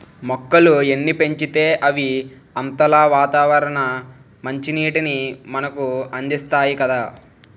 మొక్కలు ఎన్ని పెంచితే అవి అంతలా వాతావరణ మంచినీటిని మనకు అందిస్తాయి కదా